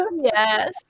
yes